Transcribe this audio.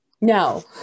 No